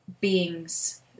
beings